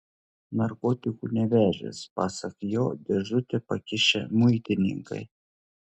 narkotikų nevežęs pasak jo dėžutę pakišę muitininkai